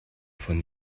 von